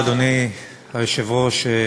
אדוני היושב-ראש,